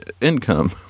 income